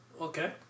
Okay